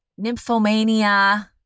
nymphomania